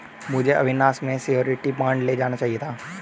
मुझे अविनाश से surety bond ले लेना चाहिए था